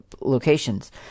locations